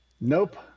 Nope